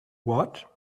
what